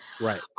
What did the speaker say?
right